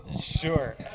Sure